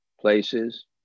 places